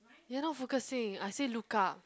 you're not focusing I said look up